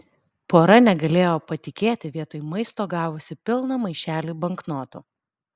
pora negalėjo patikėti vietoj maisto gavusi pilną maišelį banknotų